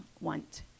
Want